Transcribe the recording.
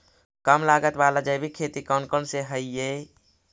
कम लागत वाला जैविक खेती कौन कौन से हईय्य?